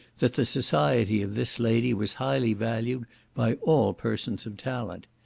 that the society of this lady was highly valued by all persons of talent.